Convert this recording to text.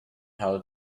how